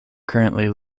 currently